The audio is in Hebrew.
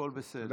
הכול בסדר.